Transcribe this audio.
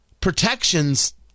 protections